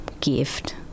gift